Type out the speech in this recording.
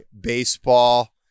baseball